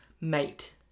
Mate